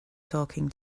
talking